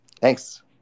thanks